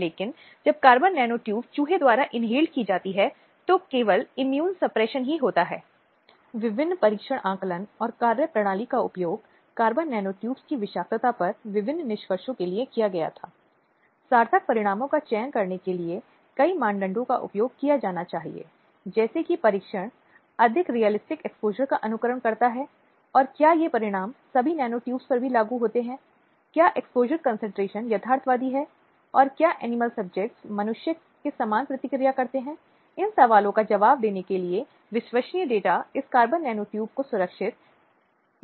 प्रतिनिधि हाशिए या कम प्रतिनिधित्व वाली वर्गों की आवाज़ को शक्ति देने वाला नागरिक चैंपियन नागरिक जुड़ाव को प्रोत्साहित करने वाला और नागरिकों के अधिकारों का समर्थन करने वाला एकजुटता समर्थक समाज में मौलिक और सार्वभौमिक मूल्यों को बढ़ावा देने वाला मानकों के निश्चित मानक समाज बनाने वाला होता है